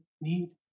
need